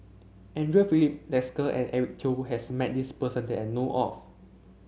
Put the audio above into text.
Andre Filipe Desker and Eric Teo has met this person that I know of